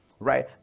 right